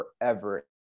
forever